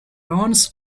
runs